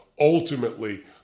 ultimately